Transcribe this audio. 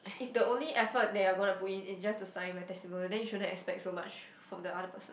if the only effort they're going to put in is just to sign my testimonial then you shouldn't expect so much from the other person